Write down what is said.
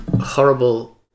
horrible